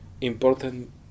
important